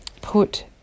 put